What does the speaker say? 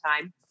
time